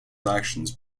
actions